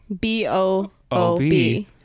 B-O-O-B